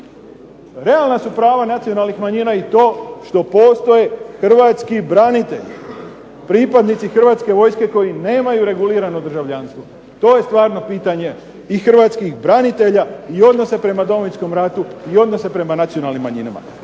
Realna su prava nacionalnih manjina i to što postoje Hrvatski branitelji, pripadnici Hrvatske vojske koji nemaju regulirano državljanstvo, to je stvarno pitanje i Hrvatskih branitelja i odnosa prema Domovinskom ratu i odnosa prema nacionalnim manjinama.